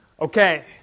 Okay